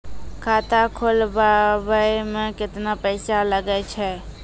खाता खोलबाबय मे केतना पैसा लगे छै?